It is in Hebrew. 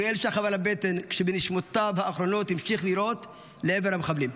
אוריאל שכב על הבטן ובנשימותיו האחרונות המשיך לירות לעבר המחבלים.